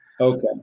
Okay